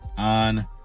on